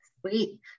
Sweet